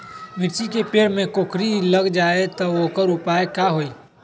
मिर्ची के पेड़ में कोकरी लग जाये त वोकर उपाय का होई?